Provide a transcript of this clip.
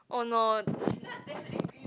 oh no